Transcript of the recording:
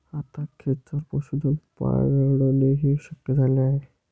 आता खेचर पशुधन पाळणेही शक्य झाले आहे